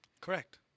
Correct